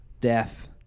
death